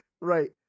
right